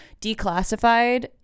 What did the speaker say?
declassified